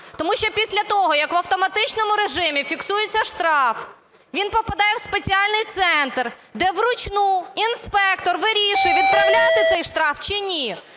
Тому що після того, як в автоматичному режимі фіксується штраф він попадає в спеціальний центр, де вручну інспектор вирішує відправляти цей штраф чи ні.